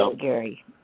Gary